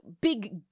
big